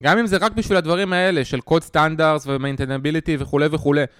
גם אם זה רק בשביל הדברים האלה של Code Standards וMaintainability וכולי וכולי